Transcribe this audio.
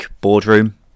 boardroom